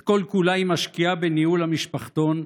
את כל-כולה היא משקיעה בניהול המשפחתון,